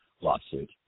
lawsuit